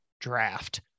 draft